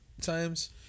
times